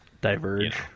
Diverge